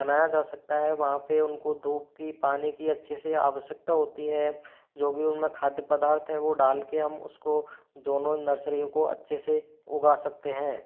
बनाया जा सकता है वहाँ पे उनको धूप की पानी की अच्छे से आवश्यकता होती है जो भी उनमें खाद्य पदार्थ है वो डालके हम उसको दोनों नर्सरियों को अच्छे से उगा सकते हैं